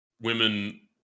women